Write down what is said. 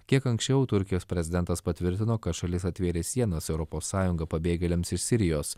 kiek anksčiau turkijos prezidentas patvirtino kad šalis atvėrė sienas į europos sąjungą pabėgėliams iš sirijos